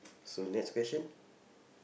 so next question